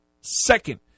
second